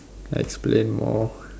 explain more